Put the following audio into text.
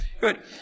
good